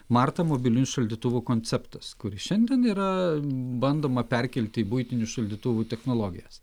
marta mobiliųjų šaldytuvų konceptas kurį šiandien yra bandoma perkelti į buitinių šaldytuvų technologijas